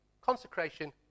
Consecration